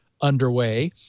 underway